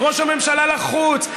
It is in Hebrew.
ראש הממשלה לחוץ,